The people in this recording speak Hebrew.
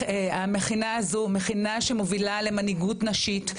המכינה הזו היא מכינה שמוביל למנהיגות נשית.